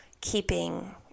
keeping